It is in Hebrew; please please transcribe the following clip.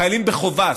חיילים בחובה,